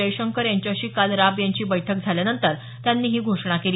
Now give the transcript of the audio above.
जयशंकर यांच्याशी काल राब यांची बैठक झाल्यानंतर त्यांनी ही घोषणा केली